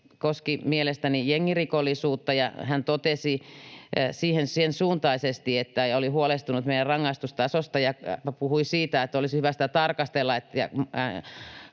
koski mielestäni jengirikollisuutta, ja hän totesi siihen sen suuntaisesti, että oli huolestunut meidän rangaistustasosta, ja puhui siitä, että olisi hyvä sitä tarkastella